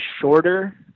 shorter